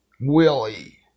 Willie